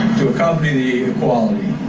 to accompany the equality.